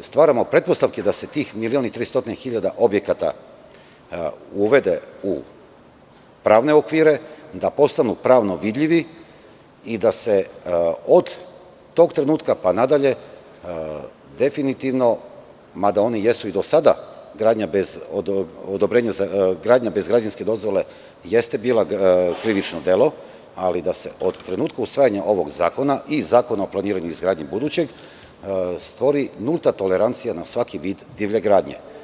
stvaramo pretpostavke da se tih 1.300.000 objekata uvede u pravne okvire, da postanu pravno vidljivi i da se od tog trenutka pa nadalje definitivno, mada oni i do sada gradnja bez građevinske dozvole jeste bila krivično delo, ali da se od trenutka usvajanja ovog zakona i budućeg Zakona o planiranju i izgradnji, stvori nulta tolerancija na svaki vid divlje gradnje.